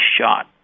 shot